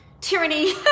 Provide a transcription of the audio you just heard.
tyranny